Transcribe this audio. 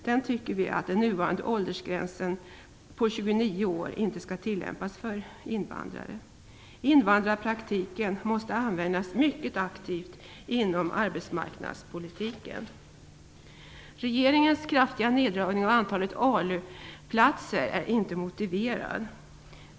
Vi tycker att den nuvarande åldersgränsen på 29 år inte skall tillämpas för invandrare. Invandrarpraktiken måste användas mycket aktivt inom arbetsmarknadspolitiken. platser är inte motiverad.